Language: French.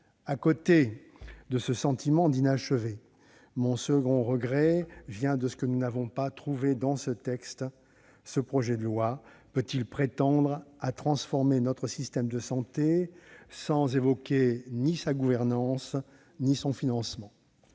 À côté de ce sentiment d'inachevé, mon second regret touche à ce que nous n'avons pas trouvé dans le texte. Ce projet de loi peut-il prétendre transformer notre système de santé sans évoquer ni sa gouvernance ni son financement ?